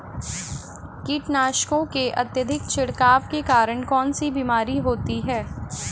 कीटनाशकों के अत्यधिक छिड़काव के कारण कौन सी बीमारी होती है?